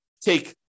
Take